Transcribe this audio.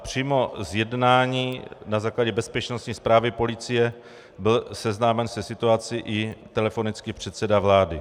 Přímo z jednání na základě bezpečností zprávy policie byl seznámen se situací telefonicky i předseda vlády.